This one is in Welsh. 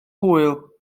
hwyl